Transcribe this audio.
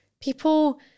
people